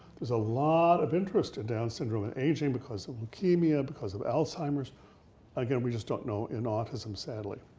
there's a lot of interest in down syndrome and aging because of leukemia, because of alzheimer's. and again, we just don't know in autism, sadly.